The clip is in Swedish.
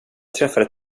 träffade